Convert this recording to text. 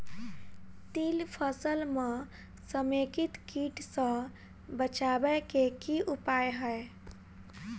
तिल फसल म समेकित कीट सँ बचाबै केँ की उपाय हय?